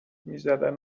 میزدن